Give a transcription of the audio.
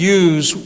use